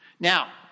Now